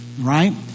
right